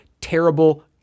Terrible